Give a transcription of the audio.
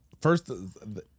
first